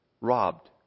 robbed